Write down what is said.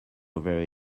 very